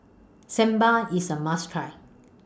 Sambar IS A must Try